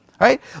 right